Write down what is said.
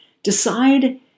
Decide